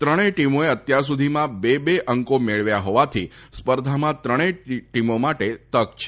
ત્રણેય ટીમોએ અત્યાર સુધીમાં બે બે અંકો મેળવ્યા હોવાથી સ્પર્ધામાં ત્રણેય ટીમો માટે તક છે